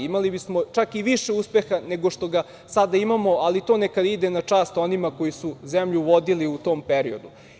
Imali bismo čak i više uspeha nego što ga sada imamo, ali to neka ide na čast onima koji su zemlju vodili u tom periodu.